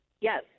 Yes